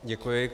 Děkuji.